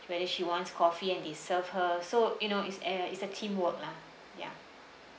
whether she wants coffee and they serve her so you know it's a it's a team work lah ya